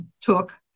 took